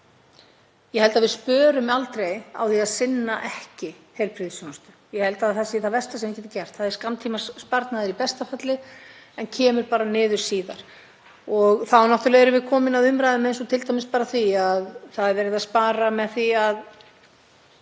Ég held að við spörum aldrei á því að sinna ekki heilbrigðisþjónustu. Ég held að það sé það versta sem við getum gert. Það er skammtímasparnaður í besta falli en kemur bara niður á okkur síðar. Þá náttúrlega erum við komin að umræðum um það t.d. að það er verið að spara með því að